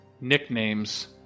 nicknames